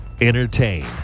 entertain